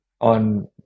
on